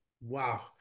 Wow